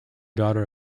daughter